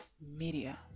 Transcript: media